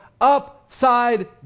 upside